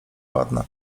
ładna